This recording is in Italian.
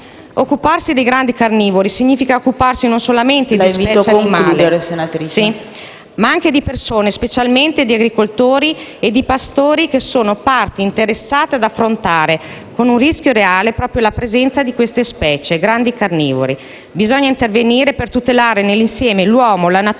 Occuparsi dei grandi carnivori significa occuparsi, non solamente di specie animali, ma anche di persone, specialmente di agricoltori e di pastori, che sono parti interessate ad affrontare un rischio reale proprio per la presenza di queste specie (grandi carnivori). Bisogna intervenire per tutelare nell'insieme l'uomo, la natura